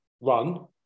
run